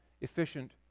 efficient